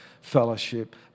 fellowship